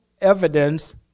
evidence